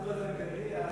לגבי טובא-זנגרייה,